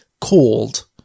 called